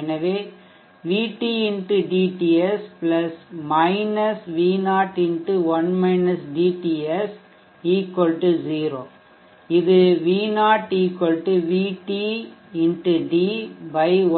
எனவே V0 x 0 இது V0 VT d